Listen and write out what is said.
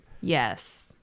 Yes